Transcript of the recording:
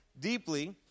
deeply